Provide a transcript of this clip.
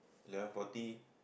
eleven forty